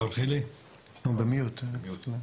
בבקשה.